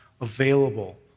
available